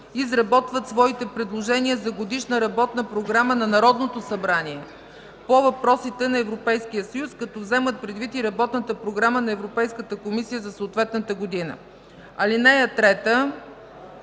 изработват своите предложения за Годишна работна програма на Народното събрание по въпросите на Европейския съюз, като вземат предвид и Работната програма на Европейската комисия за съответната година. (3)